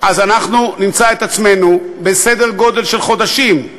אנחנו נמצא את עצמנו, בסדר-גודל של חודשים,